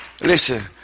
listen